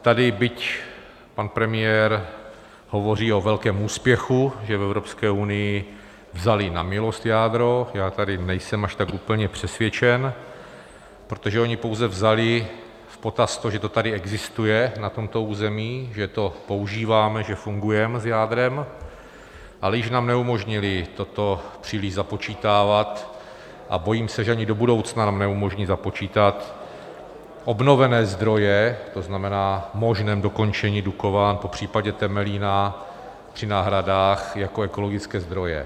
Tady byť pan premiér hovoří o velkém úspěchu, že v Evropské unii vzali na milost jádro, já o tom nejsem až tak úplně přesvědčen, protože oni pouze vzali v potaz to, že to tady existuje na tomto území, že to používáme, že fungujeme s jádrem, ale již nám neumožnili toto příliš započítávat, a bojím se, že ani do budoucna nám neumožní započítat obnovené zdroje, to znamená možném dokončení Dukovan, popřípadě Temelína, při náhradách jako ekologické zdroje.